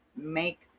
make